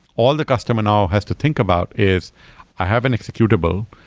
all the customer now has to think about is i have an executable.